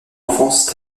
enfance